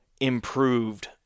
improved